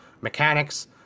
mechanics